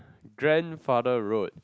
grandfather road